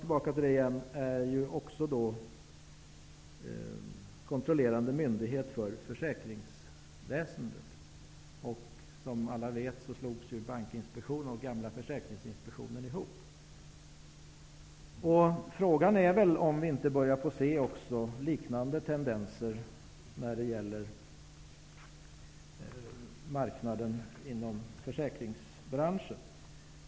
Finansinspektionen är ju också kontrollerande myndighet för försäkringsväsendet. Som alla vet slogs ju Bankinspektionen och gamla Försäkringsinspektionen ihop. Frågan är väl om vi inte börjar se liknande tendenser när det gäller marknaden inom försäkringsbranschen.